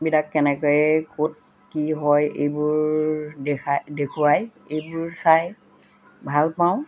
বিলাক কেনেকৈ ক'ত কি হয় এইবোৰ দেখাই দেখুৱাই এইবোৰ চাই ভাল পাওঁ